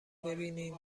ببینین